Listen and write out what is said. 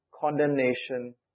condemnation